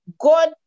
God